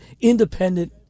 independent